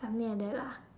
something like that lah